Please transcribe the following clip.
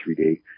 3D